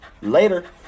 Later